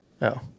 No